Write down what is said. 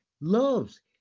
Loves